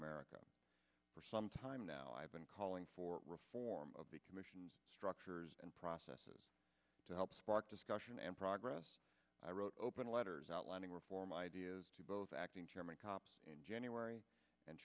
america for some time now i've been calling for reform of the commission structures and processes to help spark discussion and progress i wrote open letters outlining reform ideas to both acting chairman cop in january and